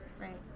Right